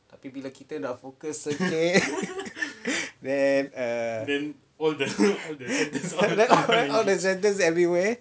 habis bila dah focused then err then all the sentence everywhere